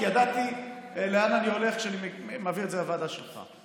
כי ידעתי לאן אני הולך כשאני מעביר את זה לוועדה שלך.